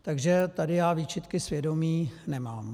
Takže tady já výčitky svědomí nemám.